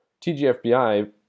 TGFBI